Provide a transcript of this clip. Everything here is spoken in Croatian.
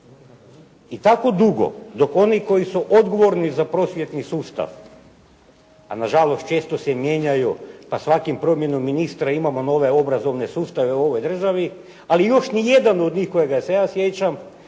I tako dugo dok oni koji su odgovorni za prosvjetni sustav, a nažalost često se mijenjaju pa svakim promjenom ministra imamo nove obrazovne sustave u ovoj državi, ali još ni jedan od njih kojega se ja sjećam